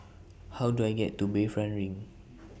How Do I get to Bayfront LINK